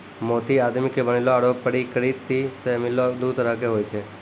मोती आदमी के बनैलो आरो परकिरति सें मिललो दु तरह के होय छै